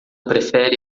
prefere